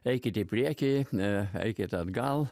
eikit į priekį ne eikit atgal